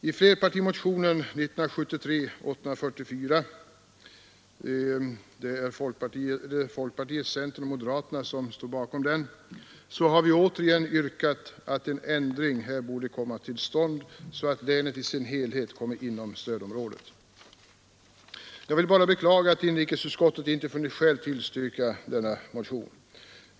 I flerpartimotionen 844 år 1973 — folkpartiet, centern och moderaterna står bakom den — har återigen yrkats att en ändring här borde komma till stånd så att länet i sin helhet tillhörde stödområdet. Jag vill bara beklaga att inrikesutskottet inte funnit skäl tillstyrka denna motion.